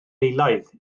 eilaidd